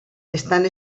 estan